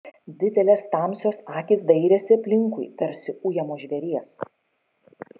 didelės tamsios akys dairėsi aplinkui tarsi ujamo žvėries